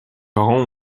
parents